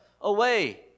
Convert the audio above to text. away